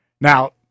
Now